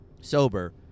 sober